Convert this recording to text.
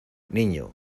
niño